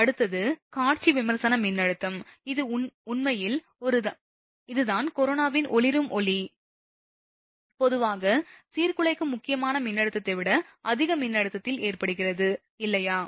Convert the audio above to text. அடுத்தது காட்சி விமர்சன மின்னழுத்தம் இது உண்மையில் இது தான் கொரோனாவின் ஒளிரும் ஒளிரும் ஒளி பொதுவாக சீர்குலைக்கும் முக்கியமான மின்னழுத்தத்தை விட அதிக மின்னழுத்தத்தில் ஏற்படுகிறது இல்லையா